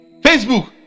Facebook